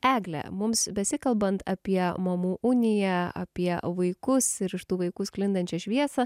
egle mums besikalbant apie mamų uniją apie vaikus ir iš tų vaikų sklindančią šviesą